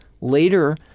later